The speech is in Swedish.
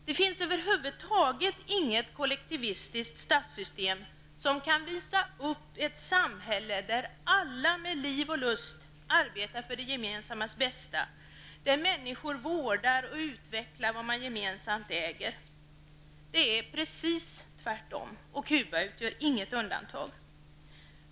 Det finns över huvud taget inget kollektivistiskt statssystem som kan visa upp ett samhälle där alla med liv och lust arbetar för det gemensamma bästa, där människor vårdar och utvecklar vad man gemensamt äger. Det är precis tvärtom, och Cuba utgör inget undantag.